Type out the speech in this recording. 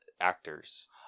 actors